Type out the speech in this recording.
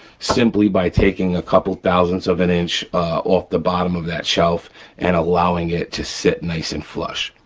simply by taking a couple thousands of an inch off the bottom of that shelf and allowing it to sit nice and flush.